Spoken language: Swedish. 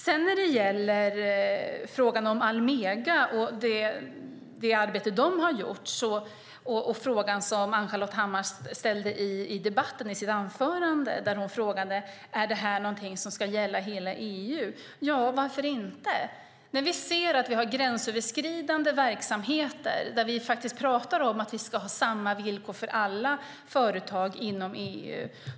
Ann-Charlotte Hammar Johnsson ställde en fråga om Almega i sitt anförande. Hon undrade om det ska gälla hela EU. Ja, varför inte? Vi har ju gränsöverskridande verksamheter och talar om att vi ska ha samma villkor för alla företag inom EU.